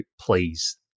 please